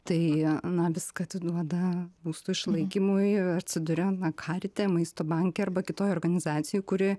tai na viską atiduoda būsto išlaikymui atsiduria na karite maisto banke arba kitoj organizacijoj kuri